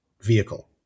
vehicle